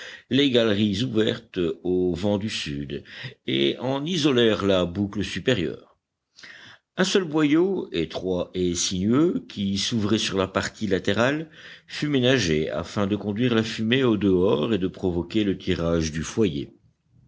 les galeries de l ouvertes aux vents du sud et en isolèrent la boucle supérieure un seul boyau étroit et sinueux qui s'ouvrait sur la partie latérale fut ménagé afin de conduire la fumée au dehors et de provoquer le tirage du foyer